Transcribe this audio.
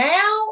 Now